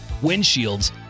windshields